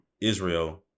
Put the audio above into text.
Israel